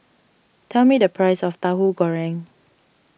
tell me the price of Tahu Goreng